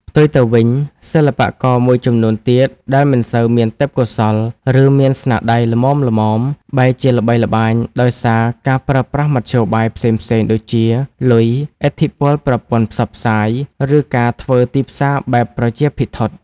ផ្ទុយទៅវិញ សិល្បករមួយចំនួនទៀតដែលមិនសូវមានទេពកោសល្យ ឬមានស្នាដៃល្មមៗ បែរជាល្បីល្បាញដោយសារការប្រើប្រាស់មធ្យោបាយផ្សេងៗដូចជា លុយ ឥទ្ធិពលប្រព័ន្ធផ្សព្វផ្សាយ ឬការធ្វើទីផ្សារបែបប្រជាភិថុតិ។